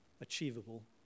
achievable